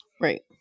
Right